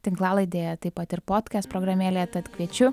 tinklalaidėje taip pat ir podkest programėlėje tad kviečiu